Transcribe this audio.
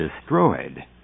destroyed